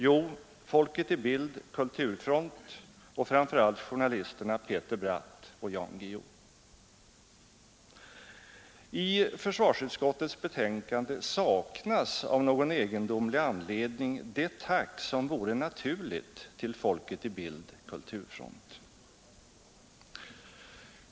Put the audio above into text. Jo, Folket i Bild Kulturfront.